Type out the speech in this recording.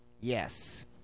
Yes